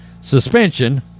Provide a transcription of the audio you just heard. suspension